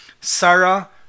Sarah